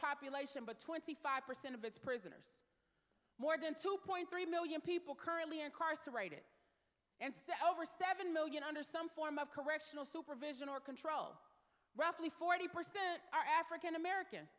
population but twenty five percent of its prisoners more than two point three million people currently incarcerated and so over seven million under some form of correctional supervision or control roughly forty percent are african american